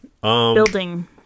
building